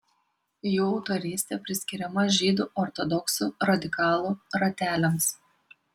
jų autorystė priskiriama žydų ortodoksų radikalų rateliams